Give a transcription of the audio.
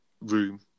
room